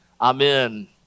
Amen